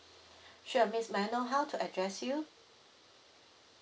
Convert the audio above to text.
sure miss may I know how to address you